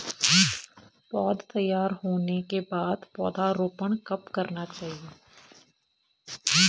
पौध तैयार होने के बाद पौधा रोपण कब करना चाहिए?